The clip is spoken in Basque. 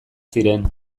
ziren